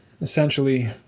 essentially